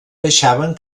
baixaven